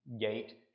gate